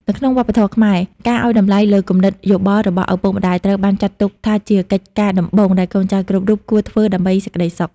នៅក្នុងវប្បធម៌ខ្មែរ ការឱ្យតម្លៃលើគំនិតយោបល់របស់ឪពុកម្ដាយ ត្រូវបានចាត់ទុកថាជាកិច្ចការដំបូងដែលកូនចៅគ្រប់រូបគួរធ្វើដើម្បីសេចក្ដីសុខ។